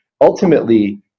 Ultimately